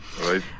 Right